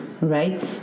right